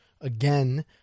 again